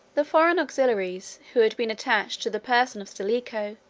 the foreign auxiliaries, who had been attached to the person of stilicho,